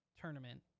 tournament